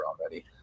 already